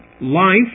life